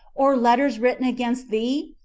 or letters written against thee?